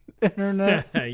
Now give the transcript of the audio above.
internet